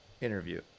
interview